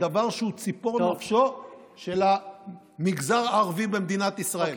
דבר שהוא ציפור נפשו של המגזר הערבי במדינת ישראל?